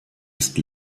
ist